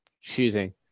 choosing